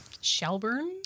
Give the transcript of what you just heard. Shelburne